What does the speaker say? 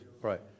right